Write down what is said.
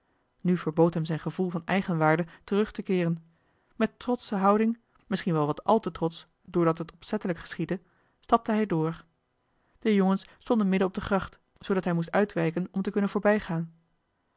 nu verbood hem zijn gevoel van eigenwaarde terug te keeren met trotsche houding misschien wel wat al te trotsch doordat het opzettelijk geschiedde stapte hij door de jongens stonden midden op de gracht zoodat hij moest uitwijken om te kunnen voorbijgaan